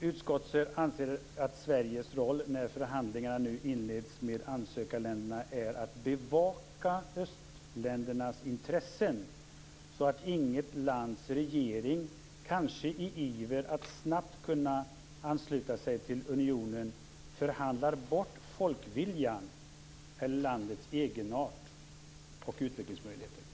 "Utskottet anser att Sveriges roll, när förhandlingarna nu inleds med ansökarländerna, är att bevaka östländernas intressen, så att inget lands regering, kanske i iver att snabbt kunna ansluta sig till unionen, förhandlar bort folkviljan eller landets egenart och utvecklingsmöjlighet".